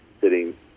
sitting